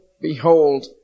behold